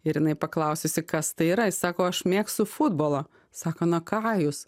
ir jinai paklausiusi kas tai yra sako aš mėgstu futbolą sako na ką jus